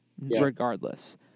regardless